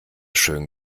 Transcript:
schön